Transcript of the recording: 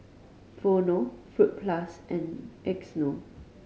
Vono Fruit Plus and Xndo